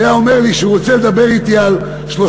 והוא היה אומר לי שהוא רוצה לדבר אתי על שלושה,